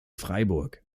freiburg